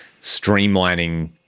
streamlining